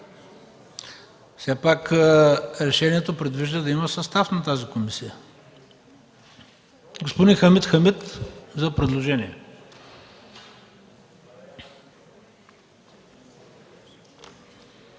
Все пак решението предвижда да има състав на тази комисия. Господин Хамид Хамид за предложение.